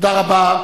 תודה רבה.